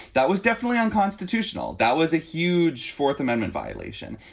that was definitely unconstitutional. that was a huge fourth amendment violation.